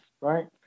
right